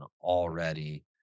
already